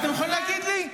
אתם יכולים להגיד לי?